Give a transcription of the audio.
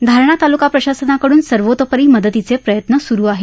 धारणी तालुका प्रशासन कडून सर्वोतोपरी मदतीचे प्रयत्न सुरु आहेत